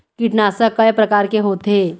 कीटनाशक कय प्रकार के होथे?